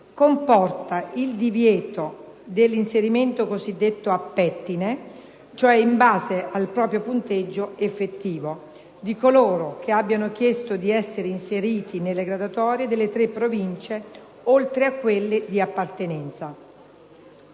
comporta il divieto dell'inserimento cosiddetto a pettine (cioè in base al proprio punteggio effettivo) di coloro che abbiano chiesto di essere inseriti nelle graduatorie delle tre Province oltre a quelle di appartenenza.